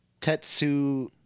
Tetsu